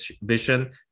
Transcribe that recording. vision